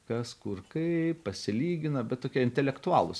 kas kur kaip pasilygina bet tokie intelektualūs